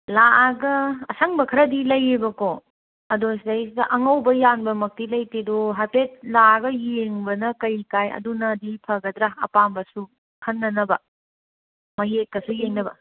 ꯂꯥꯛꯑꯒ ꯑꯁꯪꯕ ꯈꯔꯗꯤ ꯂꯩꯌꯦꯕꯀꯣ ꯑꯗꯣ ꯁꯤꯗꯩꯁꯤꯗ ꯑꯉꯧꯕ ꯌꯥꯟꯕꯃꯛꯇꯤ ꯂꯩꯇꯦ ꯑꯗꯣ ꯍꯥꯏꯐꯦꯠ ꯂꯥꯛꯑꯒ ꯌꯦꯡꯕꯅ ꯀꯩ ꯀꯥꯏ ꯑꯗꯨꯅꯗꯤ ꯐꯒꯗ꯭ꯔꯥ ꯑꯄꯥꯝꯕꯁꯨ ꯈꯟꯅꯅꯕ ꯃꯌꯦꯛꯀꯁꯨ ꯌꯦꯡꯅꯕ